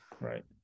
right